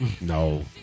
no